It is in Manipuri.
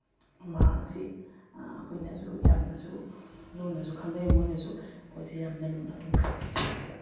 ꯃꯍꯥꯛ ꯑꯁꯤ ꯑꯩꯈꯣꯏꯅꯁꯨ ꯌꯥꯝꯅꯁꯨ ꯂꯨꯅꯁꯨ ꯈꯟꯖꯩ ꯃꯣꯏꯅꯁꯨ ꯑꯩꯈꯣꯏꯁꯦ ꯌꯥꯝꯅ ꯂꯨꯅ ꯑꯗꯨꯝ ꯈꯜꯂꯤ